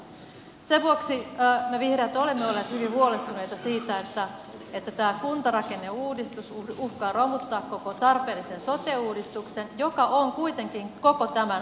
sen vuoksi me vihreät olemme olleet hyvin huolestuneita siitä että tämä kuntarakenneuudistus uhkaa romuttaa koko tarpeellisen sote uudistuksen joka on kuitenkin koko tämän asian pihvi